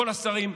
כל השרים,